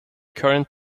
current